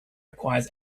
requires